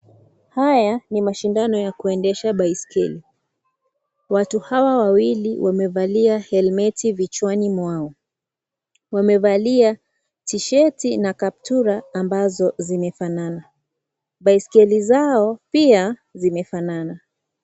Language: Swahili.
Haya, ni mashindano ya kuendesha baiskeli. Watu hawa wawili, wamevalia helmeti vichwani mwao. Wamevalia tisheti na kaptura ambazo zimefanana. Baisikeli zao, pia zimefanana.